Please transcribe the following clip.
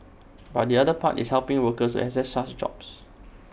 but the other part is helping workers to access such jobs